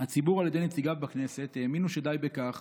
הציבור על ידי נציגיו בכנסת האמינו שדי בכך